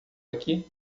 aqui